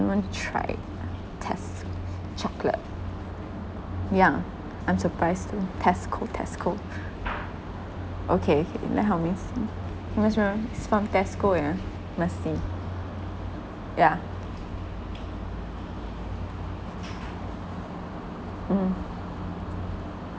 want to try test chocolate yeah I'm surprised too Tesco Tesco okay okay like how means mm it's from it's from Tesco yeah let's see yeah mm